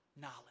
knowledge